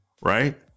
right